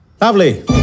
lovely